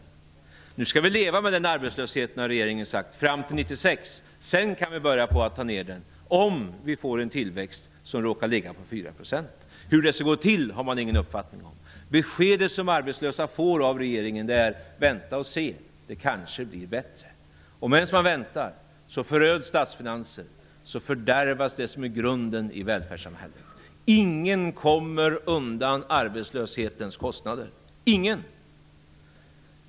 Nu har regeringen sagt att vi skall leva med den arbetslösheten fram till 1996. Sedan kan vi börja minska den -- om vi får en tillväxt som råkar ligga på 4 %. Hur det skall gå till har man ingen uppfattning om. Det besked som de arbetslösa får av regeringen är: Vänta och se, det kanske blir bättre! Medan man väntar föröds statsfinanserna och fördärvas det som är grunden i välfärdssamhället. Ingen kommer undan arbetslöshetens kostnader, ingen!